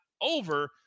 over